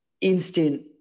instant